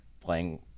Playing